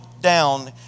down